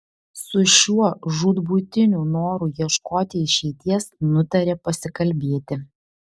su šiuo žūtbūtiniu noru ieškoti išeities nutarė pasikalbėti